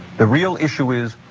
the real issue is,